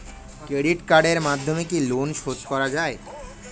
Credit কার্ডের মাধ্যমে কি লোন শোধ করা যায়?